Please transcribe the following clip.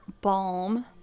balm